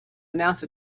announce